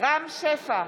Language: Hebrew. רם שפע,